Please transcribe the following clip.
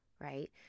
right